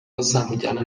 bazamujyana